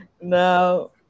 No